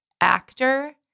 actor